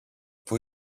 που